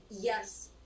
yes